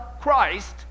Christ